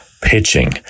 pitching